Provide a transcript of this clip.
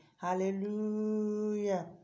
Hallelujah